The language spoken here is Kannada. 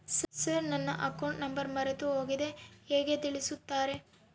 ಸರ್ ನನ್ನ ಅಕೌಂಟ್ ನಂಬರ್ ಮರೆತುಹೋಗಿದೆ ಹೇಗೆ ತಿಳಿಸುತ್ತಾರೆ?